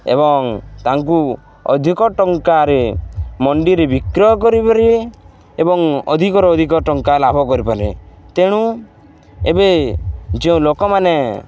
ଏବଂ ତାଙ୍କୁ ଅଧିକ ଟଙ୍କାରେ ମଣ୍ଡିରେ ବିକ୍ରୟ କରିପାରିବେ ଏବଂ ଅଧିକର ଅଧିକ ଟଙ୍କା ଲାଭ କରିପାରିବେ ତେଣୁ ଏବେ ଯେଉଁ ଲୋକମାନେ